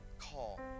call